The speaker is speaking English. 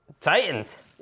Titans